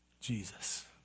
Jesus